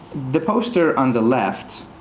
the poster on the left,